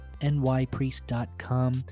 nypriest.com